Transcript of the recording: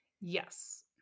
Yes